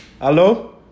Hello